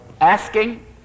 asking